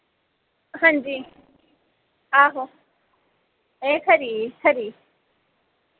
हां जी आहो ए खरी खरी